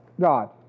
God